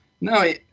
No